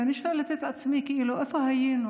ואני שואלת את עצמי: איפה היינו?